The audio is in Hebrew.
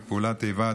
איבה,